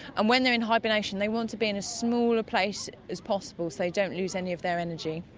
and when they're in hibernation they want to be in as small a place as possible so they don't lose any of their energy.